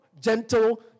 gentle